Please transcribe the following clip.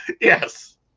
Yes